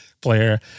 player